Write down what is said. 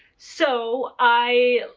so i,